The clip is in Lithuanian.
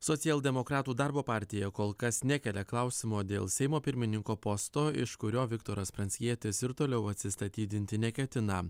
socialdemokratų darbo partija kol kas nekelia klausimo dėl seimo pirmininko posto iš kurio viktoras pranckietis ir toliau atsistatydinti neketina